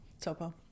Topo